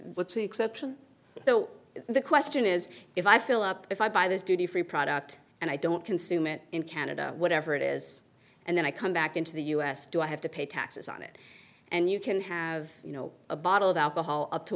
what's the exception so the question is if i fill up if i buy this duty free product and i don't consume it in canada whatever it is and then i come back into the u s do i have to pay taxes on it and you can have you know a bottle of alcohol up to